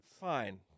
Fine